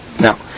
Now